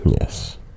Yes